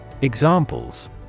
Examples